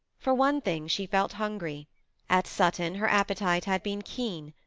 for one thing, she felt hungry at sutton her appetite had been keen,